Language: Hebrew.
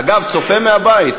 אגב, צופה מהבית.